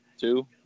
Two